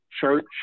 church